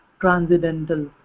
Transcendental